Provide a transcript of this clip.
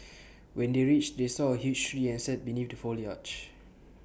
when they reached they saw A huge tree and sat beneath the foliage